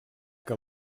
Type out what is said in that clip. que